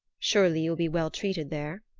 surely you will be well treated there.